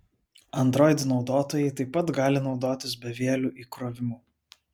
android naudotojai taip pat gali naudotis bevieliu įkrovimu